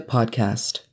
Podcast